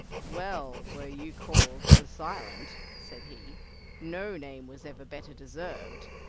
well were you called the silent said he no name was ever better deserved.